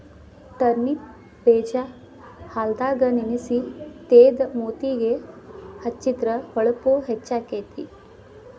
turnip ಬೇಜಾ ಹಾಲದಾಗ ನೆನಸಿ ತೇದ ಮೂತಿಗೆ ಹೆಚ್ಚಿದ್ರ ಹೊಳಪು ಹೆಚ್ಚಕೈತಿ